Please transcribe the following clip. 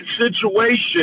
situation